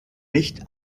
nicht